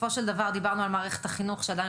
בסופו של דבר דיברנו על מערכת החינוך שעדיין